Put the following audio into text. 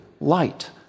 Light